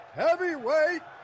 heavyweight